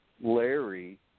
Larry